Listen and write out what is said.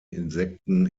insekten